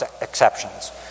exceptions